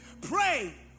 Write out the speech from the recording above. pray